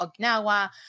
okinawa